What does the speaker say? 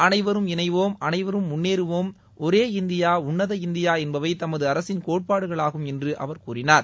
அனைவரும் இணைவோம் அனைவரும் முன்னேறுவோம் ஒரே இந்தியா உள்ளத இந்தியா என்பவை தமது அரசின் கோட்பாடுகளாகும் என்று அவர் கூறினார்